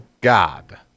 God